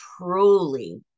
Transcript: truly